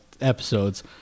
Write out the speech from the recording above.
episodes